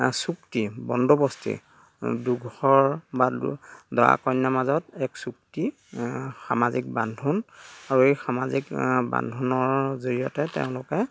চুক্তি বন্দৱস্তি দুঘৰ বা দৰা কইনাৰ মাজত এক চুক্তি সামাজিক বান্ধোন আৰু এই সামাজিক বান্ধোনৰ জৰিয়তে তেওঁলোকে